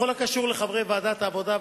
בכל הקשור לחברי ועדת העבודה,